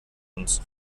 uns